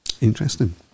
Interesting